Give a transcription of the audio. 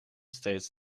steeds